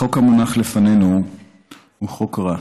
החוק המונח לפנינו הוא חוק רע,